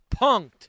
punked